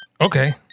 Okay